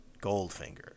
Goldfinger